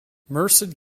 merced